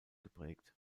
geprägt